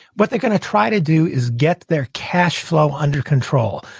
what they're going to try to do is get their cash flow under control.